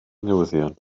newyddion